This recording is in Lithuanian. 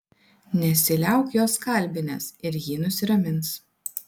nesiliauk jos kalbinęs ir ji nusiramins